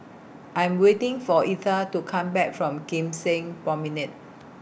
I'm waiting For Etha to Come Back from Kim Seng Promenade